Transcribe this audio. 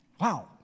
Wow